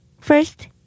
First